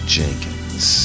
Jenkins